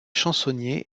chansonnier